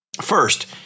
First